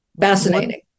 Fascinating